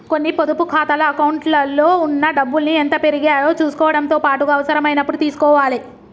కొన్ని పొదుపు ఖాతాల అకౌంట్లలో ఉన్న డబ్బుల్ని ఎంత పెరిగాయో చుసుకోవడంతో పాటుగా అవసరమైనప్పుడు తీసుకోవాలే